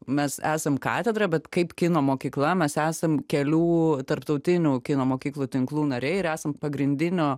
mes esam katedra bet kaip kino mokykla mes esam kelių tarptautinių kino mokyklų tinklų nariai ir esam pagrindinio